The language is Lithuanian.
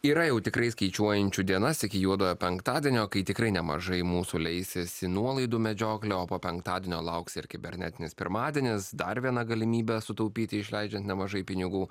yra jau tikrai skaičiuojančių dienas iki juodojo penktadienio kai tikrai nemažai mūsų leisis į nuolaidų medžioklę o po penktadienio lauks ir kibernetinis pirmadienis dar viena galimybė sutaupyti išleidžiant nemažai pinigų